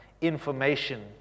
information